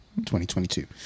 2022